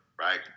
right